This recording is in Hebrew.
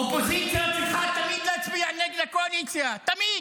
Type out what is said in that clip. אופוזיציה צריכה תמיד להצביע נגד הקואליציה, תמיד,